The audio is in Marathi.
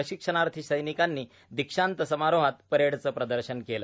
प्रशिक्षणार्थी सैनिकांनी दिक्षांत समारोहात परेडचं प्रदर्शन केलं